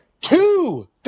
Two